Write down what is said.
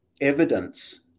evidence